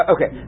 Okay